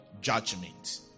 judgment